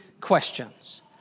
questions